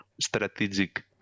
strategic